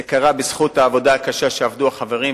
זה קרה בזכות העבודה הקשה של החברים,